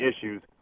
issues